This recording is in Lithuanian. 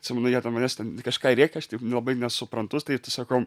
atsimenu jie an manęs ten kažką rėkia aš taip labai nesuprantu tai sakom